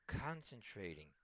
concentrating